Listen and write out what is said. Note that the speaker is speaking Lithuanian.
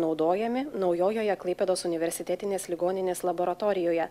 naudojami naujojoje klaipėdos universitetinės ligoninės laboratorijoje